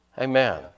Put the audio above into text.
Amen